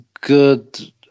good